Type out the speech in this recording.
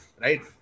Right